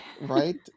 Right